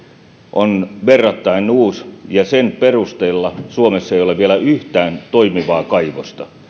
on verrattain uusi ja sen perusteella suomessa ei ole vielä yhtään toimivaa kaivosta